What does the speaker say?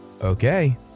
Okay